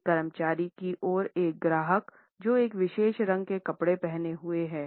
एक कर्मचारी की ओर एक ग्राहक जो एक विशेष रंग के कपड़े पहने हुए है